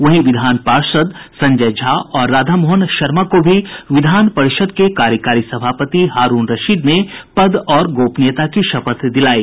वहीं विधान पार्षद संजय झा और राधा मोहन शर्मा को भी विधान परिषद के कार्यकारी सभापति हारूण रशीद ने पद और गोपनीयता की शपथ दिलायी